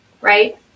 right